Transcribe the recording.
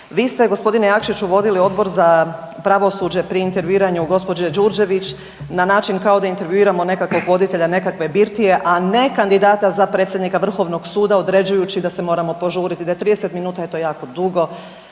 Vi ste gospodine Jakšiću vodili Odbor za pravosuđe pri interveniranju gospođe Đurđević na način kao da intervjuiramo nekakvom voditelja nekakve birtije, a ne kandidata za predsjednika Vrhovnog suda određujući da se moramo požuri, da je 30 minuta eto jako dugo,